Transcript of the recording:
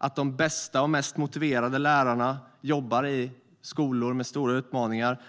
få de bästa och mest motiverade lärarna att arbeta i skolor med stora utmaningar.